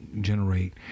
generate